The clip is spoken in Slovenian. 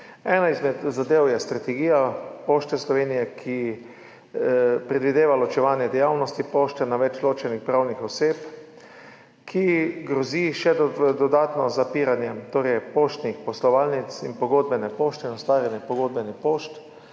Ena izmed zadev je strategija Pošte Slovenije, ki predvideva ločevanje dejavnosti pošte na več ločenih pravnih oseb, grozi ji še dodatno zapiranje poštnih poslovalnic in ustvarjanje pogodbenih pošt,